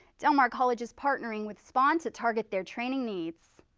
del mar college is partnering with spohn to target their training needs.